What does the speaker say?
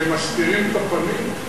הם מסתירים את הפנים?